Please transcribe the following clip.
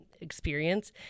experience